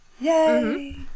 Yay